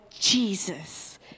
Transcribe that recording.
Jesus